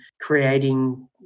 creating